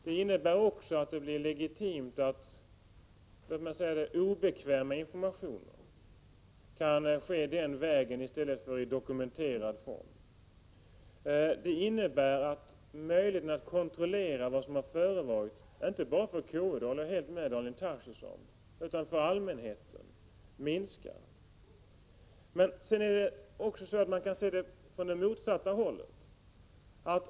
Det betyder också att det blir legitimt att obekväm information kan lämnas den vägen i stället för i dokumenterad form. Därmed minskar möjligheterna att kontrollera vad som har förevarit inte bara för konstitutionsutskottet — det håller jag helt med Daniel Tarschys om — utan också för allmänheten. Man kan också se saken från det motsatta hållet.